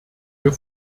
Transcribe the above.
wir